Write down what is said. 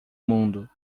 mundo